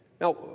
Now